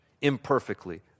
imperfectly